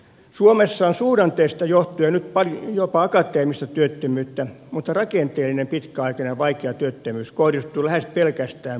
suomessa on suhdanteista johtuen nyt jopa akateemista työttömyyttä mutta rakenteellinen pitkäaikainen ja vaikea työttömyys kohdistuu lähes pelkästään matalasti koulutettuihin